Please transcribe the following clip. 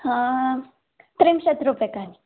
हा त्रिंशत् रूप्यकाणि